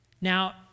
Now